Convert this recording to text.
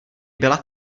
byla